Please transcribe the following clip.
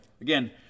Again